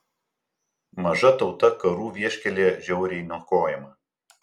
maža tauta karų vieškelyje žiauriai niokojama